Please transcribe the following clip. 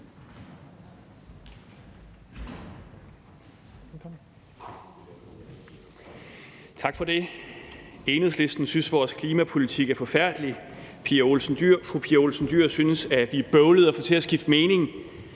Tak for det. Enhedslisten synes, vores klimapolitik er forfærdelig, fru Pia Olsen Dyhr synes, at det er bøvlet at få os til at skifte mening,